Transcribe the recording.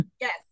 Yes